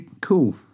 cool